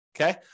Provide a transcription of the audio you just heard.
okay